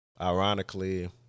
ironically